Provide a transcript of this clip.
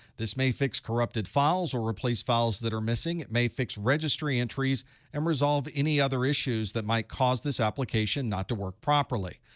this may fix corrupted files, or replace files that are missing. it may fix registry entries and resolve any other issues that might cause this application not to work properly.